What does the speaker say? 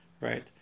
right